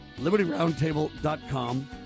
LibertyRoundtable.com